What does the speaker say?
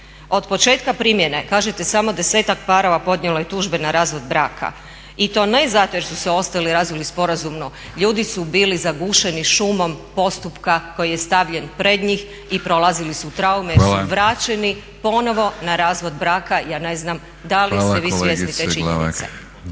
Od početka primjene, kažete samo 10-ak parova podnijelo je tužbe na razvod braka. I to ne zato jer su se ostali razveli sporazumno, ljudi su bili zagušeni šumom postupka koji je stavljen pred njih i prolazili su traume jer su vraćeni ponovno na razvod braka.